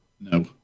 no